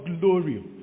glory